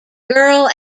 girl